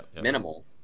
minimal